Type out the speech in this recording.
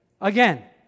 again